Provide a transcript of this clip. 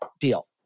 deal